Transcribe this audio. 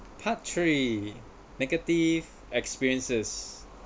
part three negative experiences